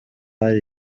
hari